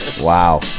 Wow